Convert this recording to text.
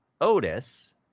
Otis